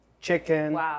chicken